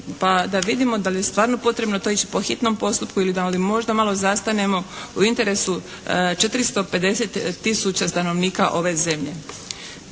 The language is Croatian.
pa da vidimo da li je stvarno potrebno to ići po hitnom postupku ili da možda malo zastanemo u interesu 450 000 stanovnika ove zemlje.